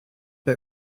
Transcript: bei